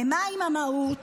ומה עם המהות?